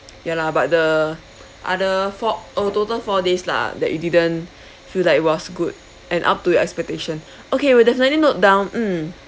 ya lah but the other fou~ uh total four days lah that you didn't feel like it was good and up to your expectation okay we'll definitely note down mm